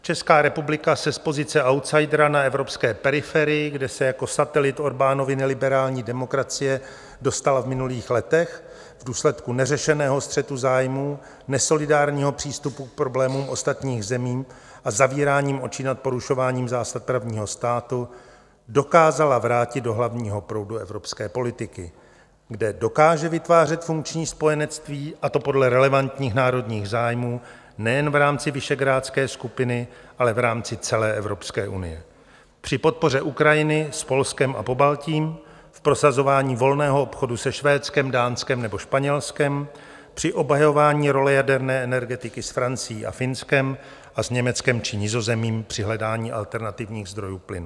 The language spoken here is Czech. Česká republika se z pozice outsidera na evropské periferii, kde se jako satelit Orbánovy neliberální demokracie dostala v minulých letech v důsledku neřešeného střetu zájmů, nesolidárního přístupu k problémům ostatních zemí a zavíráním očí nad porušováním zásad právního státu, dokázala vrátit do hlavního proudu evropské politiky, kde dokáže vytvářet funkční spojenectví, a to podle relevantních národních zájmů nejen v rámci visegrádské skupiny, ale v rámci celé Evropské unie při podpoře Ukrajiny s Polskem a Pobaltím, v prosazování volného obchodu se Švédskem, Dánskem nebo Španělskem, při obhajování role jaderné energetiky s Francií a Finskem a s Německem či Nizozemím při hledání alternativních zdrojů plynu.